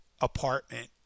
apartment